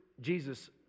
Jesus